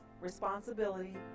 responsibility